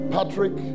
Patrick